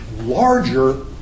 larger